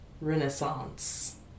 Renaissance